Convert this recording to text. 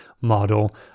model